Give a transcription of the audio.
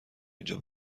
اینجا